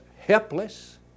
helpless